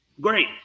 great